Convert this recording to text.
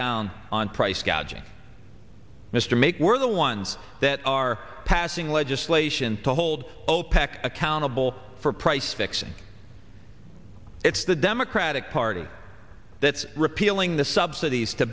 down on price gouging mr make we're the ones that are passing legislation to hold opec accountable for price fixing it's the democratic party that repealing the subsidies to